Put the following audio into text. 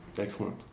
Excellent